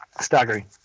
staggering